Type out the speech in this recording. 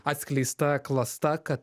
atskleista klasta kad